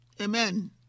Amen